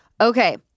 Okay